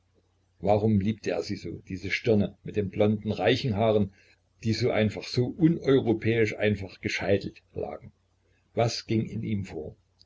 warum liebte er sie so diese stirne mit den blonden reichen haaren die so einfach so uneuropäisch einfach gescheitelt lagen was ging in ihm vor